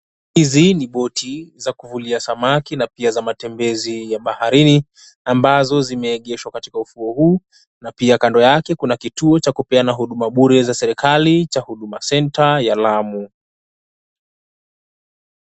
Hizi ni boti za kuvulia samaki na pia za matembezi ya baharini ambazo zimeegeshwa katika ufuo huu na pia kando yake kuna kituo cha kupeana huduma bure ya serikali cha Huduma Centre ya Lamu.